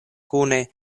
kune